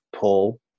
pull